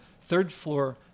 third-floor